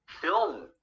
film